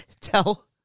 tell